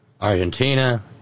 Argentina